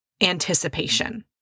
anticipation